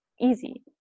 easy